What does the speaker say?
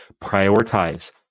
prioritize